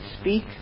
speak